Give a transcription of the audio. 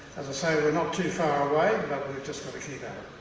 as i say they're not too far away, but we've just got to keep